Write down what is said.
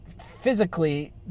Physically